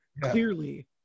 clearly